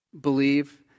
believe